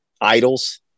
idols